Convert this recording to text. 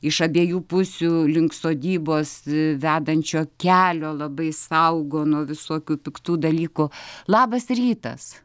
iš abiejų pusių link sodybos vedančio kelio labai saugo nuo visokių piktų dalykų labas rytas